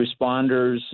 responders